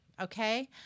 Okay